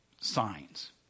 signs